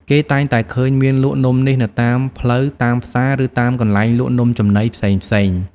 គេតែងតែឃើញមានលក់នំនេះនៅតាមផ្លូវ តាមផ្សារ ឬតាមកន្លែងលក់នំចំណីផ្សេងៗ។